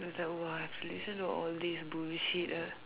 like !wah! I have to listen to all these bullshit ah